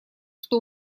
что